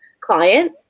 client